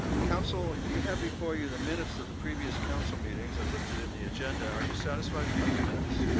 ah council, you have before you the minutes of the previous council meeting as as listed in the agenda. are you satisfied with those minutes?